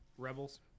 rebels